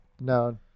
No